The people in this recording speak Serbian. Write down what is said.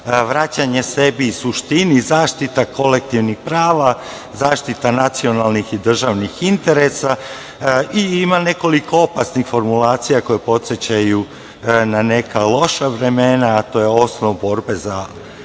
vraćanje sebi i suštini zaštita kolektivnih prava, zaštita nacionalnih i državnih interesa i ima nekoliko opasnih formulacija koje podsećaju na neka loša vremena, a to je osnov borbe za